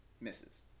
Misses